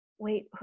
wait